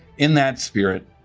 in that spirit,